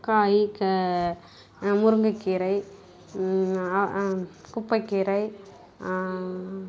காய் க முருங்கக் கீரை குப்பைக் கீரை